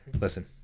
Listen